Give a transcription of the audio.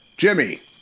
Jimmy